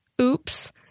Oops